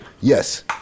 Yes